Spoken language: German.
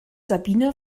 sabine